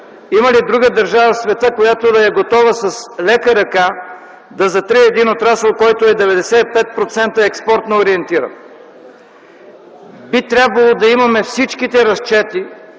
има ли друга държава в света, която да е готова с лека ръка да затрие един отрасъл, който е 95% експортно ориентиран. Би трябвало да имаме всички разчети